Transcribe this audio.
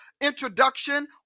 introduction